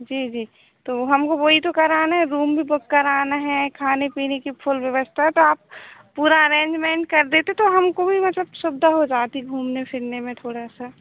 जी जी तो हमको वही तो कराना है रूम भी बुक कराना है खाने पीने की फुल व्यवस्था तो आप पूरा अरेंजमेंट कर देते तो हमको भी मतलब सुविधा हो जाती घूमने फिरने में थोड़ा सा